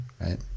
right